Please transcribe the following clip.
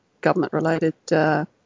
government-related